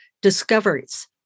discoveries